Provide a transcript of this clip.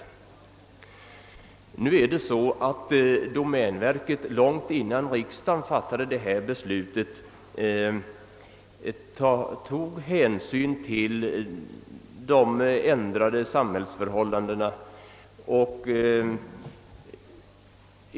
Framhållas bör dock i detta sammanhang att domänverket långt innan riksdagen fattade detta beslut tog hänsyn till de ändrade samhällsförhållandena.